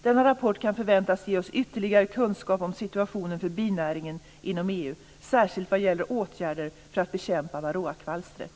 Denna rapport kan förväntas ge oss ytterligare kunskap om situationen för binäringen inom EU, särskilt vad gäller åtgärder för att bekämpa varroakvalstret.